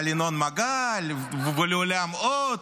על ינון מגל --- על בנק לאומי.